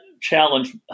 challenge